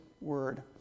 word